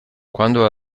quando